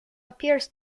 appears